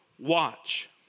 Watch